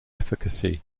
efficacy